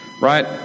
Right